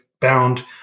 bound